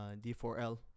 D4L